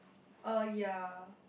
uh ya